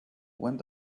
went